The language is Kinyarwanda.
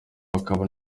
hakaba